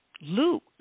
Luke